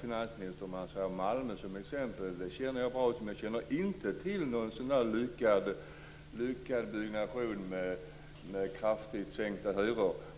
Finansministern tog upp Malmö som exempel. Jag känner väl till förhållandena i Malmö, men jag känner inte till någon lyckad byggnation med kraftigt sänkta hyror.